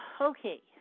okay